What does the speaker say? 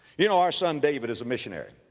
you know our son david is a missionary